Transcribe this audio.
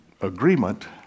agreement